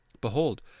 Behold